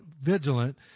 vigilant